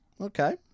okay